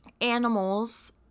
animals